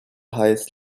highest